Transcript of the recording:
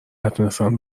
نتونستن